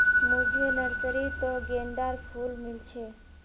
मुझे नर्सरी त गेंदार फूल मिल छे